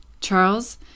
Charles